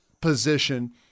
position